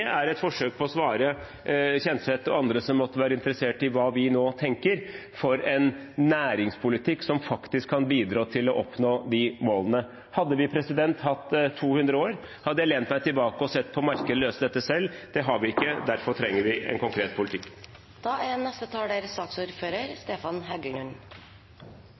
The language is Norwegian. er et forsøk på å svare representanten Kjenseth og andre som måtte være interessert i hva vi tenker om en næringspolitikk som faktisk kan bidra til å nå de målene. Hadde vi hatt 200 år, hadde jeg lent meg tilbake og sett på at markedet skulle løse dette selv. Det har vi ikke, og derfor trenger vi en konkret politikk.